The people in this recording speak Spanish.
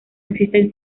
existen